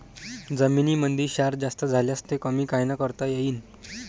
जमीनीमंदी क्षार जास्त झाल्यास ते कमी कायनं करता येईन?